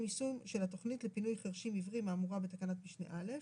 יישום של התכנית לפינוי חירשים-עיוורים האמורה בתקנת משנה (א).